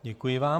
Děkuji vám.